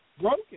broken